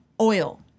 oil